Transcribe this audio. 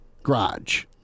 garage